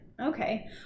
Okay